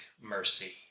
mercy